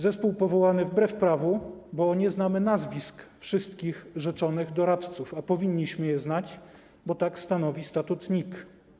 Zespół powołany wbrew prawu, bo nie znamy nazwisk wszystkich rzeczonych doradców, a powinniśmy je znać, bo tak stanowi statut NIK.